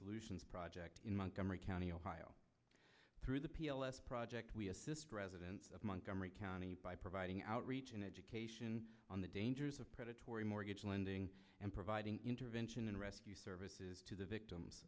solutions project in montgomery county ohio through the project we assist residents of montgomery county by providing outreach and education on the dangers of predatory mortgage lending and providing intervention and rescue services to the victims